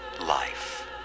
life